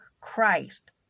christ